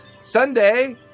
Sunday